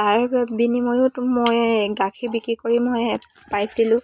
তাৰ বিনিময়তো মই গাখীৰ বিক্ৰী কৰি মই পাইছিলোঁ